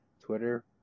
Twitter